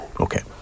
Okay